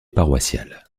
paroissiale